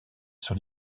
sur